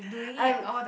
I'm